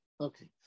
Okay